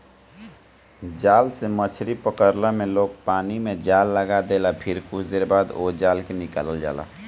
जाल से मछरी पकड़ला में लोग पानी में जाल लगा देला फिर कुछ देर बाद ओ जाल के निकालल जाला